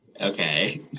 Okay